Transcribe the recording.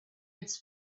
its